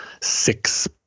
six